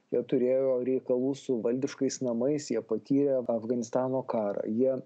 jie turėjo reikalų su valdiškais namais jie patyrė afganistano karą jie